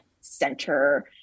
center